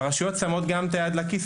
והרשויות גם שמות את היד בכיס.